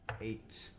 Eight